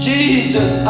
Jesus